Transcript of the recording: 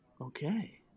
Okay